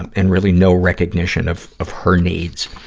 and and really no recognition of, of her needs.